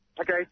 Okay